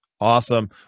Awesome